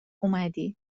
اومدی